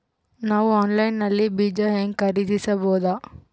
ನಾವು ಆನ್ಲೈನ್ ನಲ್ಲಿ ಬೀಜ ಹೆಂಗ ಖರೀದಿಸಬೋದ?